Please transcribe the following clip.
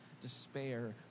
despair